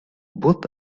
both